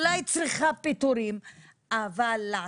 אולי היא צריכה פיטורין,